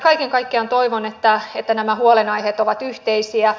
kaiken kaikkiaan toivon että nämä huolenaiheet ovat yhteisiä